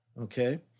Okay